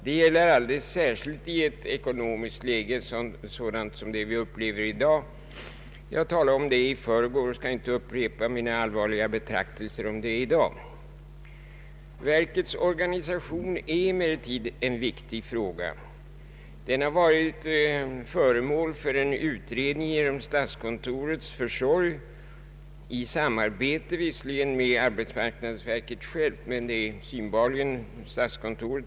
Det gäller alldeles särskilt i ett ekonomiskt läge sådant som det vi upplever i dag jag talade om det samhällsekonomiska läget i förrgår och skall inte upprepa mina allvarliga betraktelser i dag. Arbetsmarknadsverkets organisation är en viktig fråga. Den har varit föremål för utredning genom statskontorets försorg, visserligen i samarbete med arbetsmarknadsverket självt.